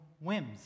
whims